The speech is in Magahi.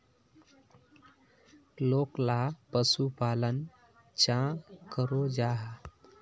लोकला पशुपालन चाँ करो जाहा?